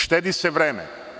Štedi se vreme.